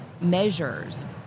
measures